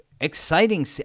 exciting